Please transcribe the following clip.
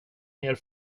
ner